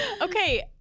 Okay